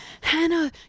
Hannah